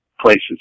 places